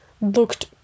looked